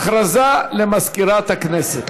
הודעה למזכירת הכנסת.